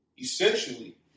essentially